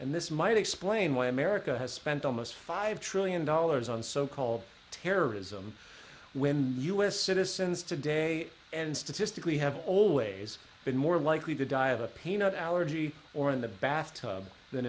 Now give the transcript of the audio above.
and this might explain why america has spent almost five trillion dollars on so called terrorism when the us citizens today and statistically have always been more likely to die of a peanut allergy or in the bath tub than